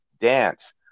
dance